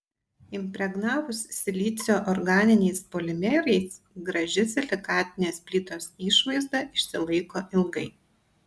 impregnavus silicio organiniais polimerais graži silikatinės plytos išvaizda išsilaiko ilgai